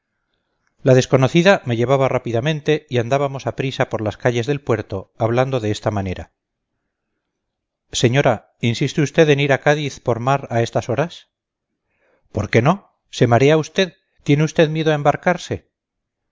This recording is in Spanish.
la desconocida me llevaba rápidamente y andábamos a prisa por las calles del puerto hablando de esta manera señora insiste usted en ir a cádiz por mar a estas horas por qué no se marea usted tiene usted miedo a embarcarse